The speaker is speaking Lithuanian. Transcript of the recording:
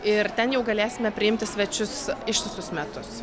ir ten jau galėsime priimti svečius ištisus metus